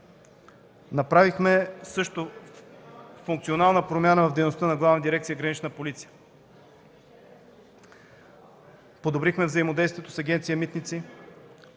Направихме и функционална промяна в дейността на Главна дирекция „Гранична полиция”. Подобрихме взаимодействието с Агенция „Митници”.